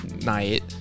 night